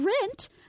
rent